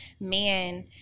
man